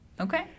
Okay